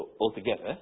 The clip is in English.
altogether